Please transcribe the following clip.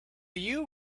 you